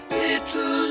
little